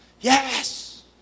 Yes